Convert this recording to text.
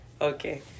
Okay